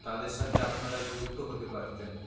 তাদের সাথে আপনারা যুক্ত হতে পারতেন